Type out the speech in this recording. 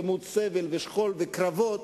למוד סבל, שכול וקרבות,